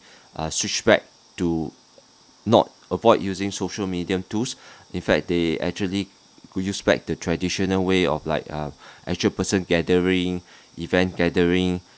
uh switch back to not avoid using social media tools in fact they actually could use back the traditional way of like um actual person gathering event gathering